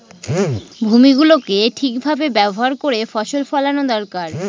ভূমি গুলো ঠিক ভাবে ব্যবহার করে ফসল ফোলানো দরকার